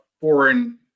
foreign